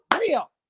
real